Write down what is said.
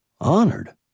Honored